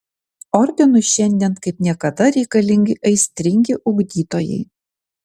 ordinui šiandien kaip niekada reikalingi aistringi ugdytojai